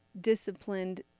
disciplined